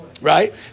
Right